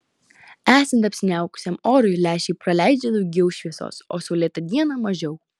esant apsiniaukusiam orui lęšiai praleidžia daugiau šviesos o saulėtą dieną mažiau